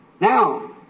Now